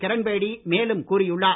கிரண்பேடி மேலும் கூறியுள்ளார்